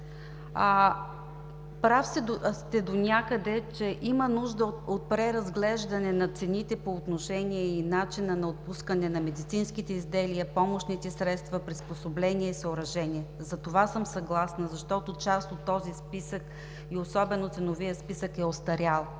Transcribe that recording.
Прав сте донякъде, че има нужда от преразглеждане на цените по отношение начина на отпускане на медицинските изделия, помощните средства, приспособления, съоръжения. Затова съм съгласна, защото част от този списък, и особено ценовият списък, е остарял.